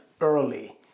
early